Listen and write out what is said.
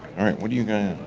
all right, what do you get here?